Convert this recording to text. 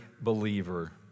believer